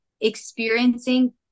experiencing